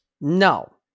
no